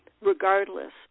regardless